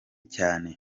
cyane